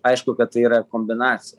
aišku kad tai yra kombinacija